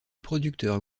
producteur